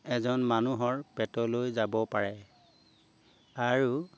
এজন মানুহৰ পেটলৈ যাব পাৰে আৰু